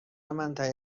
منطقهای